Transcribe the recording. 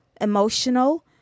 emotional